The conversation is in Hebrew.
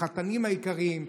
לחתנים היקרים.